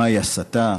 מהי הסתה,